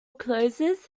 closes